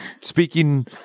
speaking